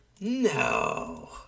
No